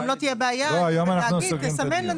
לא תהיה בעיה יוכלו לומר - תסמן את